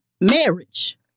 marriage